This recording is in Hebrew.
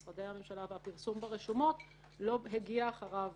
משרדי הממשלה והפרסום ברשומות - לא הגיע אחריו